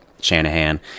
Shanahan